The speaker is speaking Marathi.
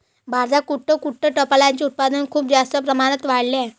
भारतात कुक्कुटपालनाचे उत्पादन खूप जास्त प्रमाणात वाढले आहे